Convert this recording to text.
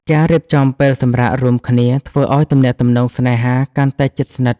ការរៀបចំពេលសម្រាករួមគ្នាធ្វើឱ្យទំនាក់ទំនងស្នេហាកាន់តែជិតស្និទ្ធ។